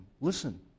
listen